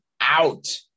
out